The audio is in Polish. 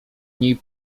niej